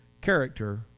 Character